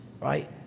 right